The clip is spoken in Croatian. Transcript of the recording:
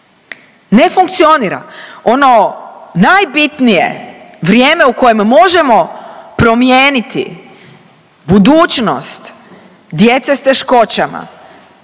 ne funkcionira. Ono najbitnije vrijeme u kojem možemo promijeniti budućnost djece s teškoćama,